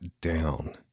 down